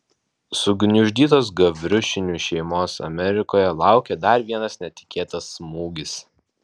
sugniuždytos gavriušinų šeimos amerikoje laukė dar vienas netikėtas smūgis